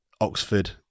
Oxford